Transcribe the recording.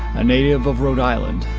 a native of rhode island,